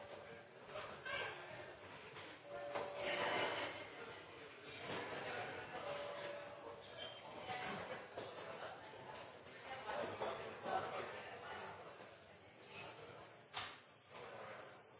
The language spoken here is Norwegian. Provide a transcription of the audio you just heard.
Det er